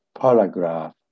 paragraph